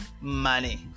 money